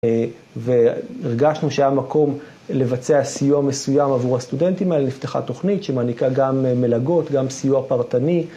והרגשנו שהיה מקום לבצע סיוע מסוים עבור הסטודנטים האלה לפתיחת תוכנית שמעניקה גם מלגות, גם סיוע פרטני.